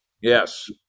Yes